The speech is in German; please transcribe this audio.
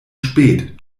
spät